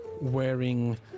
Wearing